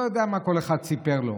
לא יודע מה כל אחד סיפר לו,